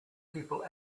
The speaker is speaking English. people